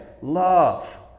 Love